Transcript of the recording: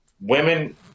women